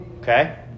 Okay